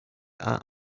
are